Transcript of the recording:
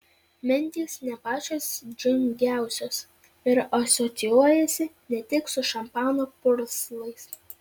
mintys ne pačios džiugiausios ir asocijuojasi ne tik su šampano purslais